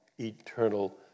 eternal